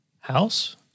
house